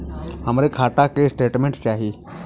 हमरे खाता के स्टेटमेंट चाही?